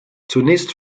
zunächst